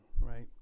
right